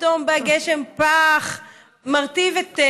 פתאום בא גשם ומרטיב את הכול.